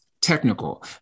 technical